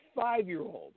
five-year-old